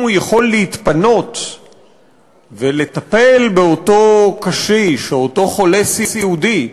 אם הוא יכול להתפנות ולטפל באותו קשיש או אותו חולה סיעודי,